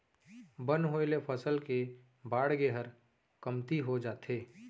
बन होय ले फसल के बाड़गे हर कमती हो जाथे